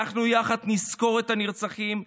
יחד נזכור את הנרצחים,